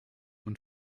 und